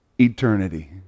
eternity